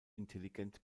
intelligent